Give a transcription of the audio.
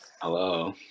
Hello